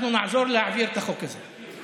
אנחנו נעזור להעביר את החוק הזה.